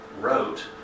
wrote